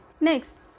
Next